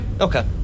Okay